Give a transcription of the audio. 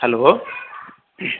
hello